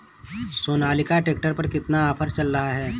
Sonalika tractor पर कितना offer चल रहा है?